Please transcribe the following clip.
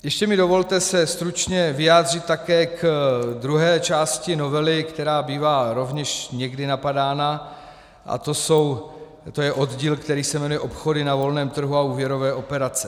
Ještě mi dovolte se stručně vyjádřit také k druhé části novely, která bývá rovněž někdy napadána, a to je oddíl, který se jmenuje Obchody na volném trhu a úvěrové operace.